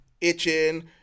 itching